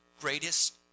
greatest